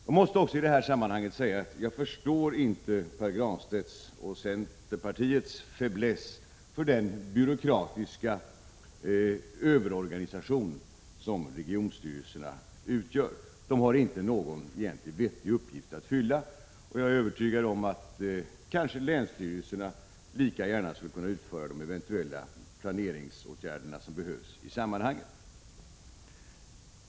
Jag måste i detta sammanhang också säga att jag inte förstår Pär Granstedts och centerpartiets faiblesse för den byråkratiska överorganisation som regionstyrelserna utgör. De har egentligen inte någon vettig funktion att fylla. Jag är övertygad om att länsstyrelserna kanske lika gärna skulle kunna utföra de eventuella planeringsåtgärder som behövs i sammanhanget.